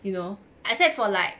you know except for like